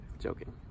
joking